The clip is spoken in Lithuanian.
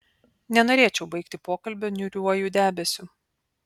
nenorėčiau baigti pokalbio niūriuoju debesiu